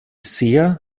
sehr